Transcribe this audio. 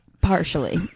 partially